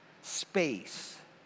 space